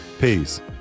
Peace